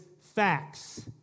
facts